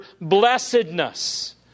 blessedness